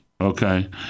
Okay